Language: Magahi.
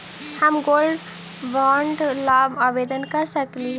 हम गोल्ड बॉन्ड ला आवेदन कर सकली हे?